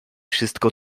wszystko